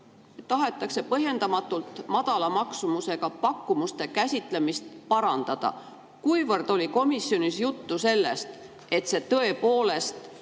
tahetakse põhjendamatult madala maksumusega pakkumuste käsitlemist parandada. Kuivõrd oli komisjonis juttu sellest, et see tõepoolest